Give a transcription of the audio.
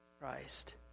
Christ